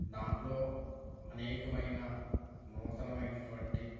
దాంట్లో అనేకమైన నూతనమైనటువంటి